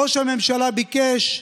ראש הממשלה ביקש,